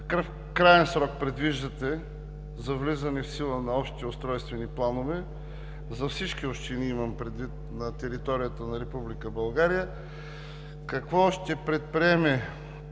Какъв краен срок предвиждате за влизане в сила на общите устройствени планове за всички общини – имам предвид на територията на Република България? Какво ще предприеме